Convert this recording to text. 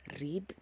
read